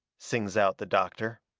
sings out the doctor.